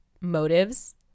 motives